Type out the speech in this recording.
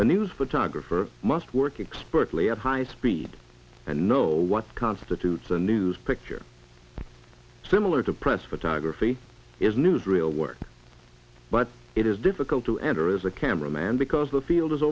news photographer must work expectantly at high speed and know what constitutes a news picture similar to press photography is newsreel work but it is difficult to enter as a camera man because the field is